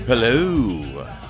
Hello